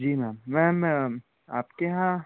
जी ma'am ma'am आपके यहाँ